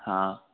हाँ